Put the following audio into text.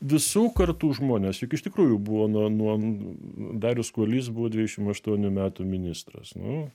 visų kartų žmonės juk iš tikrųjų buvo nuo nuo darius kuolys buvo dvidešim aštuonių metų ministras nu